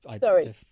sorry